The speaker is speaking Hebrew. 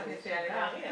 שאומר לאנשים,